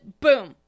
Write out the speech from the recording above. boom